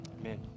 Amen